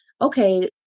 okay